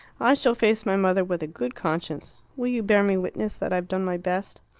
i shall face my mother with a good conscience. will you bear me witness that i've done my best?